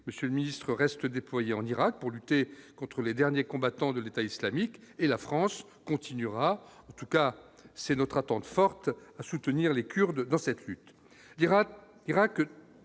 monsieur le ministre reste déployée en Irak pour lutter contre les derniers combattants de l'État islamique et la France continuera en tout cas c'est notre attente forte à soutenir les Kurdes dans cette lutte,